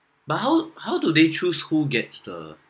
but how how do they choose who gets the